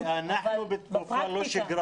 אבל בפרקטיקה --- כי אנחנו במצב לא שגרתי.